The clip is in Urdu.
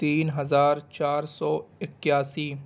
تین ہزار چار سو اکیاسی